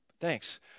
thanks